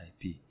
IP